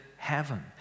heaven